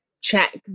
check